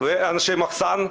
ואנשי מחסן,